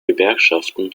gewerkschaften